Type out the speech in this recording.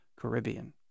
Caribbean